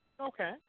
Okay